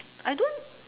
I don't